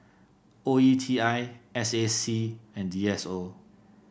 O E T I S A C and D S O